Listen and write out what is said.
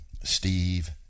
steve